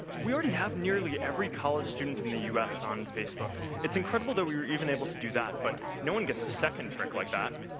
we already have nearly every college student in the u s. on facebook. it's incredible that we were even able to do that. but no one gets a second trick like that.